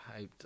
hyped